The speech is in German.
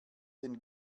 den